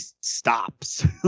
stops